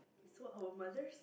so our mothers